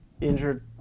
injured